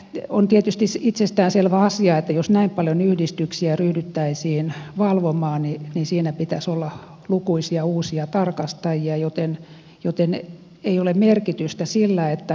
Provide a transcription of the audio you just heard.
on tietysti itsestään selvä asia että jos näin paljon yhdistyksiä ryhdyttäisiin valvomaan siinä pitäisi olla lukuisia uusia tarkastajia joten ei ole merkitystä sillä että